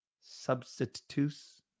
Substitutes